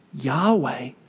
Yahweh